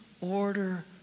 order